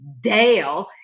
Dale